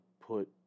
put